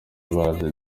bazi